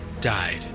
died